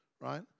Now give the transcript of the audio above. right